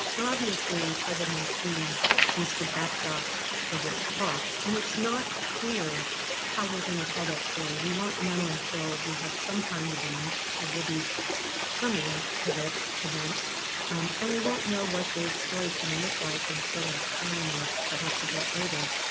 obviously covid nineteen is the backdrop for this talk and it's not clear how we're gonna tell that story, we won't know until we have some kind of end there will be some end to this event and we won't know what the story is gonna look like until that time, or perhaps a bit later.